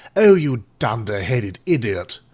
oh, you dunder-headed idiot,